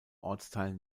ortsteilen